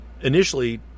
initially